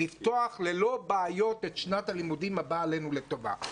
לפתוח ללא בעיות את שנת הלימודים הבאה עלינו לטובה.